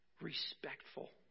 respectful